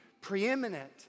preeminent